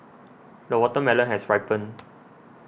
the watermelon has ripened